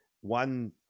one